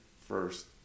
first